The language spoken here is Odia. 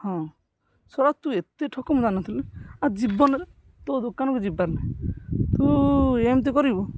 ହଁ ଶଳା ତୁ ଏତେ ଠକ ମୁଁ ଜାଣି ନଥିଲି ଆଉ ଜୀବନରେ ତୋ ଦୋକାନକୁ ଯିବାର ନାହିଁ ତୁ ଏମିତି କରିବୁ